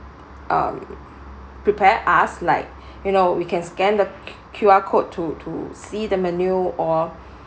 um prepared us like you know we can scan the Q_R code to to see the menu or